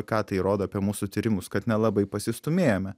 ką tai rodo apie mūsų tyrimus kad nelabai pasistūmėjome